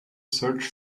search